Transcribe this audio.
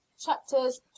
chapters